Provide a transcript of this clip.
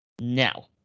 Now